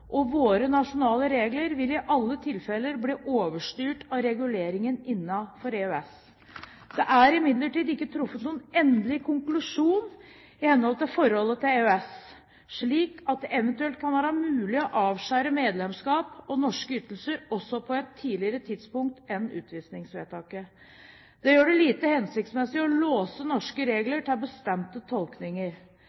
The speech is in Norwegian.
og våre nasjonale regler vil i alle tilfeller bli overstyrt av reguleringen innenfor EØS. Det er imidlertid ikke truffet noen endelig konklusjon med hensyn til forholdet til EØS, slik at det eventuelt kan være mulig å avskjære medlemskap og norske ytelser også på et tidligere tidspunkt enn utvisningsvedtaket. Det gjør det lite hensiktsmessig å låse norske